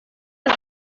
was